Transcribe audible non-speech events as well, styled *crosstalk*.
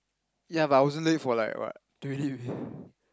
ya but I wasn't late for like what twenty minutes *breath*